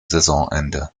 saisonende